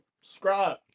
subscribe